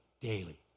daily